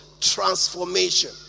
transformation